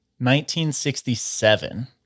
1967